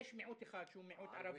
יש מיעוט אחד, ערבי.